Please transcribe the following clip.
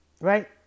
right